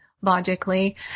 logically